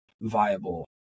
viable